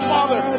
Father